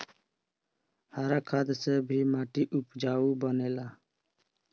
हरा खाद से भी माटी उपजाऊ बनेला